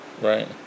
Right